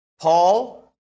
Paul